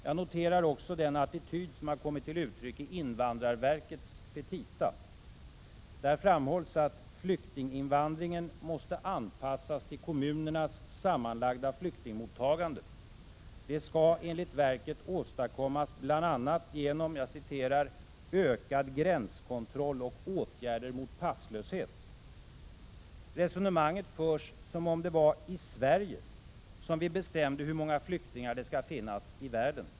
Jag noterar också den attityd som kommit till uttryck i invandrarverkets petita. Där framhålls att flyktinginvandringen måste anpassas till kommunernas sammanlagda flyktingmottagande. Det skall, enligt verket, åstadkommas genom bl.a. ”ökad gränskontroll och åtgärder mot passlöshet”. Resonemanget förs som om det var i Sverige vi bestämde hur många flyktingar det skall finnas i världen.